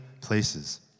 places